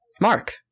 Mark